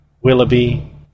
Willoughby